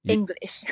English